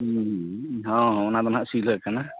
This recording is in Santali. ᱦᱮᱸ ᱚᱱᱟ ᱫᱚ ᱦᱟᱜ ᱥᱤᱞᱦᱟᱹ ᱠᱟᱱᱟ